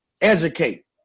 Educate